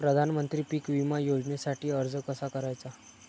प्रधानमंत्री पीक विमा योजनेसाठी अर्ज कसा करायचा?